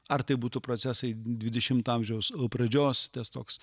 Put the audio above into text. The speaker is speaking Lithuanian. ar tai būtų procesai dvidešimto amžiaus pradžios tas toks